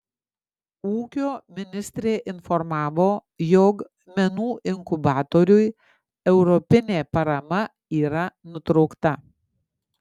ūkio ministrė informavo jog menų inkubatoriui europinė parama yra nutraukta